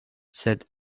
sed